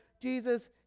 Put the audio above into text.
Jesus